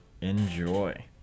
Enjoy